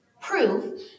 proof